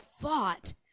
fought